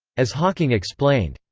as hawking explained,